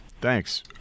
Thanks